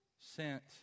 sent